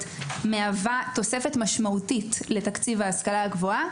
מהווה תוספת משמעותית לתקציב ההשכלה הגבוהה.